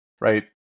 right